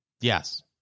Yes